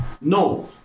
No